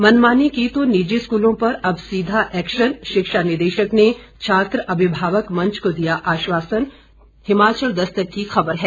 मनमानी की तो निजी स्कूलों पर अब सीधा एक्शन शिक्षा निदेशक ने छात्र अभिभावक मंच को दिया आश्वासन हिमाचल दस्तक की खबर है